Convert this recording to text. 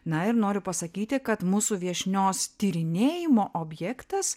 na ir noriu pasakyti kad mūsų viešnios tyrinėjimo objektas